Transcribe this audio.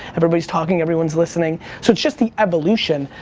everybody's talking, everyone's listening. so it's just the evolution.